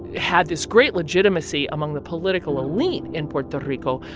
had this great legitimacy among the political elite in puerto rico,